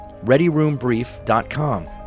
readyroombrief.com